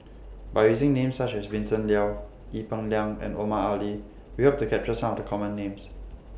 By using Names such as Vincent Leow Ee Peng Liang and Omar Ali We Hope to capture Some of The Common Names